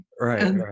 Right